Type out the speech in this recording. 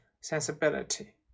sensibility